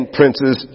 princes